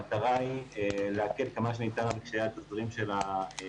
המטרה היא להקל עד כמה שניתן על קשיי התזרים של הלווה.